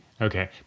okay